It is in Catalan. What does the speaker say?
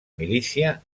milícia